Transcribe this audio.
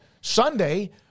Sunday